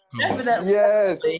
Yes